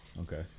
Okay